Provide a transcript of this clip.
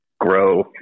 grow